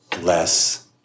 less